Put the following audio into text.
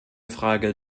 frage